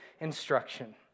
instruction